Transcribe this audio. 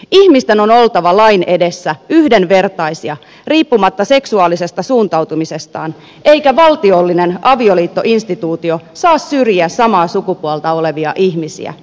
ihmisten on oltava lain edessä yhdenvertaisia riippumatta seksuaalisesta suuntautumisestaan eikä valtiollinen avioliittoinstituutio saa syrjiä samaa sukupuolta olevia ihmisiä